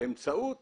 באמצעות